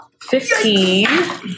Fifteen